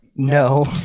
No